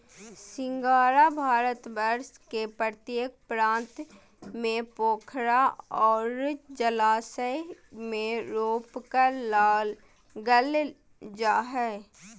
सिंघाड़ा भारतवर्ष के प्रत्येक प्रांत में पोखरा और जलाशय में रोपकर लागल जा हइ